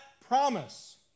promise